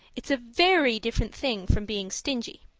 it's a very different thing from being stingy.